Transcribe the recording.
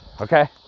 Okay